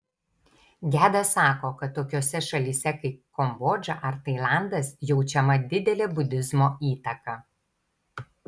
gedas sako kad tokiose šalyse kaip kambodža ar tailandas jaučiama didelė budizmo įtaka